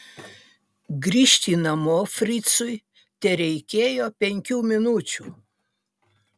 grįžti namo fricui tereikėjo penkių minučių